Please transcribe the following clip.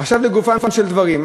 עכשיו לגופם של דברים.